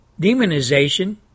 demonization